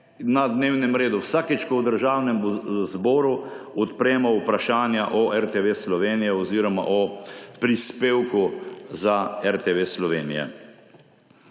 na dnevnem redu vsakič, ko v Državnem zboru odpremo vprašanja o RTV Slovenija oziroma o prispevku za RTV Slovenija.